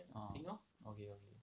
orh okay okay